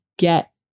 get